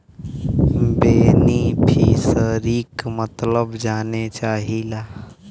बेनिफिसरीक मतलब जाने चाहीला?